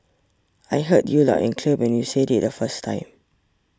I heard you loud and clear when you said it the first time